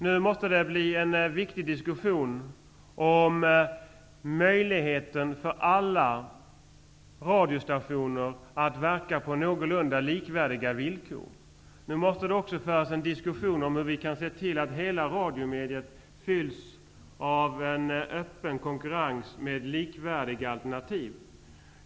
Nu måste det bli en diskussion om möjligheten för alla radiostationer att verka på någorlunda lika villkor. Det måste också föras en diskussion om hur vi kan se till att hela radiomediet fylls av en öppen konkurrens med likvärdiga alternativ.